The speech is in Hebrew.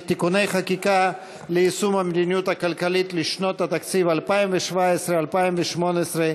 (תיקוני חקיקה ליישום המדיניות הכלכלית לשנות התקציב 2017 ו-2018),